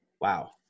Wow